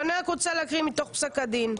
אני רוצה להקריא מתוך פסק הדין.